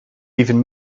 even